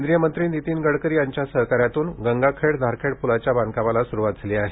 केंद्रीय मंत्री नितीन गडकरी यांच्या सहकार्यातून गंगाखेड धारखेड पुलाच्या बांधकामास सुरुवात झाली आहे